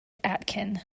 aitkin